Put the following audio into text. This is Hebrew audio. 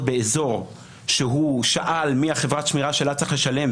באזור שהוא שאל מי חברת השמירה שלה צריך לשלם,